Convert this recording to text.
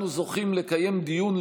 אנחנו מחדשים את הישיבה,